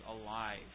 alive